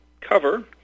cover